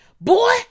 boy